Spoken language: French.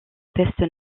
peste